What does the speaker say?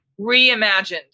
reimagined